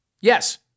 Yes